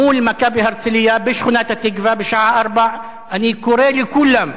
מול "מכבי הרצלייה" בשכונת-התקווה בשעה 16:00. אני קורא לכולם,